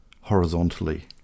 horizontally